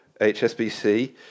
HSBC